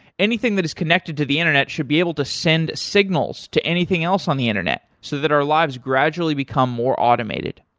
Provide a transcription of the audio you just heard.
anything that is connected to the internet should be able to send signals to anything else on the internet so that our lives gradually become more automated.